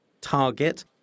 Target